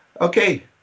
Okay